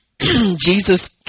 Jesus